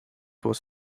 was